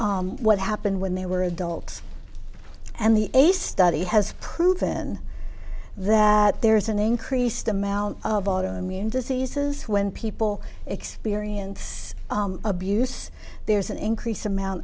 to what happened when they were adults and the a study has proven that there's an increased amount of auto immune diseases when people experience abuse there's an increased amount